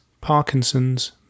Parkinson's